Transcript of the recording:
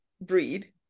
breed